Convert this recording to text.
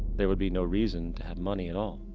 there would be no reason to have money at all.